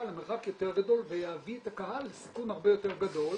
למרחק יותר גדול ויביא את הקהל לסיכון הרבה יותר גדול,